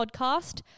podcast